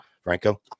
Franco